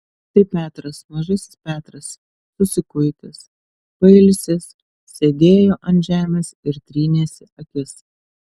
tai petras mažasis petras susikuitęs pailsęs sėdėjo ant žemės ir trynėsi akis